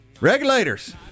Regulators